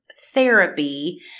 therapy